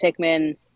pikmin